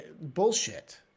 bullshit